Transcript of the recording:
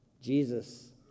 Jesus